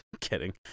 kidding